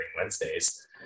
Wednesdays